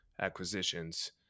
acquisitions